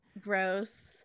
Gross